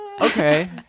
okay